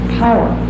power